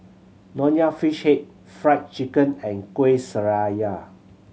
Nonya Fish Head Fried Chicken and Kueh Syara